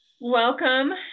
Welcome